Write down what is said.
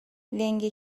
لنگه